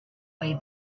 way